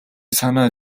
санаа